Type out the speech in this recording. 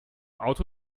auto